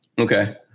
Okay